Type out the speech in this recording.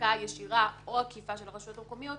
בהעסקה הישירה או העקיפה של הרשויות המקומיות,